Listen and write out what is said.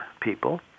people